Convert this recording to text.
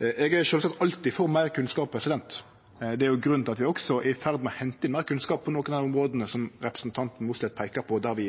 Eg er sjølvsagt alltid for meir kunnskap. Det er grunnen til at vi er i ferd med å hente inn meir kunnskap på nokre av dei områda som representanten Mossleth peikar på, der vi